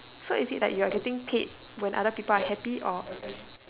so is it like you are getting paid when other people are happy or